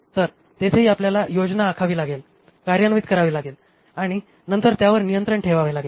तर तिथेही आपल्याला योजना आखावी लागेल कार्यान्वित करावी लागेल आणि नंतर त्यावर नियंत्रण ठेवावे लागेल